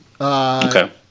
Okay